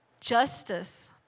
justice